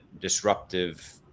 disruptive